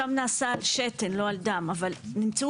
שם נעשה על שתן לא על דם אבל נמצאו